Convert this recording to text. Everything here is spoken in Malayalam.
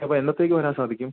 അപ്പം എന്നത്തേക്ക് വരാൻ സാധിക്കും